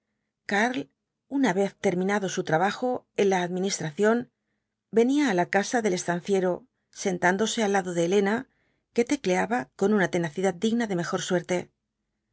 karl una vez terminado su trabajo en la administración venía á la casa del estanciero sentándose al lado de elena que tecleaba con una tenacidad digna de mejor suerte